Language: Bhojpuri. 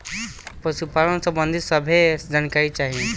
पशुपालन सबंधी सभे जानकारी चाही?